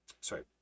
sorry